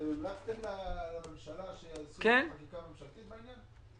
אתם המלצתם לממשלה שתציע חקיקה ממשלתית בעניין?